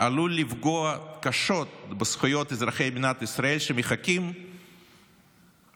עלול לפגוע קשות בזכויות אזרחי מדינת ישראל שמחכים להגשת